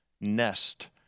Nest